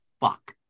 fuck